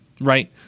right